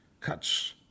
cuts